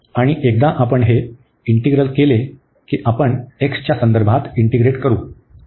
आणि एकदा आपण हे इंटीग्रल केले की आपण x च्या संदर्भात इंटीग्रेट करू